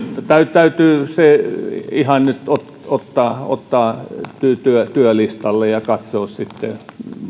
täytyy ihan nyt ottaa ottaa se työlistalle ja katsoa sitten